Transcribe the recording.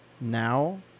now